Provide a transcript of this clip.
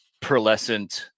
pearlescent